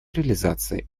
реализации